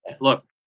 look